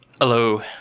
Hello